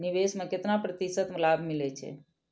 निवेश में केतना प्रतिशत लाभ मिले छै?